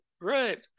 right